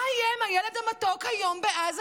מה יהיה עם הילד המתוק היום בעזה,